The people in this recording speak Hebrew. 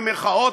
במירכאות,